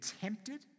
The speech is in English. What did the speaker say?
tempted